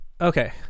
Okay